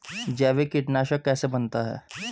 जैविक कीटनाशक कैसे बनाते हैं?